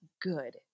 good